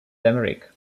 limerick